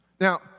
Now